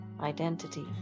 identity